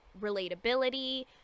relatability